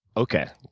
okay.